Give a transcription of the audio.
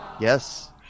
Yes